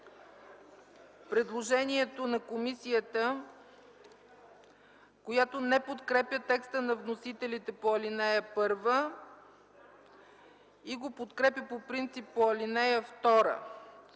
предложението на комисията, която не подкрепя текста на вносителите по ал. 1 и го подкрепя по принцип по ал. 2.